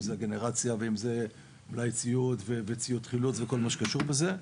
אם זה גנרציה ואם זה מלאי ציוד וציוד חילוץ וכל מה שקשור בזה.